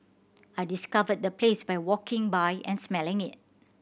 I discovered the place by walking by and smelling it